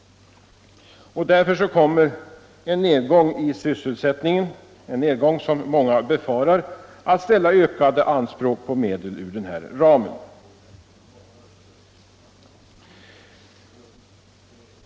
Därför kommer en nedgång i sysselsättningen — en nedgång som många befarar — att ställa ökade anspråk på medel ur denna ram.